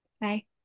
Bye